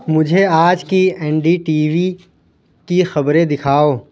مجھے آج کی این ڈی ٹی وی کی خبریں دکھاؤ